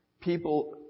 people